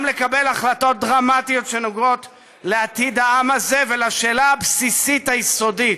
גם לקבל החלטות דרמטיות שנוגעות בעתיד העם הזה ובשאלה הבסיסית היסודית: